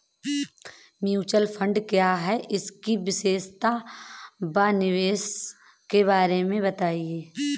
Mutual fund क्या है इसकी विशेषता व निवेश के बारे में बताइये?